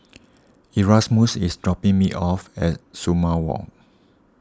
Erasmus is dropping me off at Sumang Walk